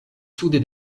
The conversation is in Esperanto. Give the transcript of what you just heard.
sude